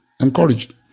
encouraged